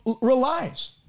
relies